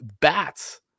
bats